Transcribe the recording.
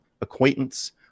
acquaintance